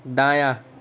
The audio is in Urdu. دایاں